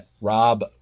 rob